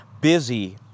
busy